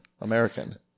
American